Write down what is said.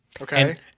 Okay